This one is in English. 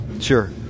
Sure